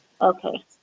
Okay